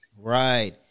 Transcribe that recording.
Right